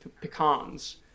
pecans